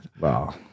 Wow